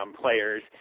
players